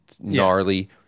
gnarly